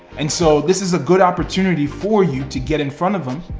and so this is a good opportunity for you to get in front of them,